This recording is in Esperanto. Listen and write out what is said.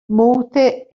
multe